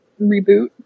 reboot